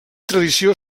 tradició